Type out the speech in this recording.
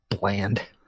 bland